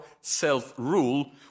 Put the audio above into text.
self-rule